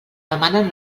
demanen